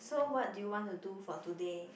so what do you want to do for today